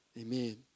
Amen